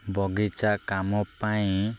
ବଗିଚା କାମ ପାଇଁ